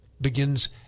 begins